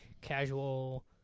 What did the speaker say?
casual